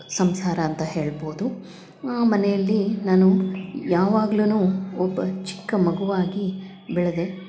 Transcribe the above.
ಸಂಸಾರ ಅಂತ ಹೇಳ್ಬೋದು ಆ ಮನೆಯಲ್ಲಿ ನಾನು ಯಾವಾಗ್ಲು ಒಬ್ಬ ಚಿಕ್ಕ ಮಗುವಾಗಿ ಬೆಳೆದೆ